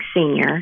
senior